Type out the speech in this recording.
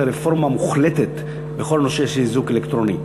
חשוב שתעשה רפורמה מוחלטת בכל הנושא של איזוק אלקטרוני,